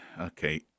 Okay